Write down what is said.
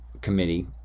Committee